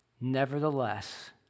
Nevertheless